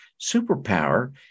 superpower